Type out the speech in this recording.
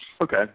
Okay